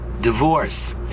divorce